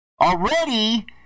Already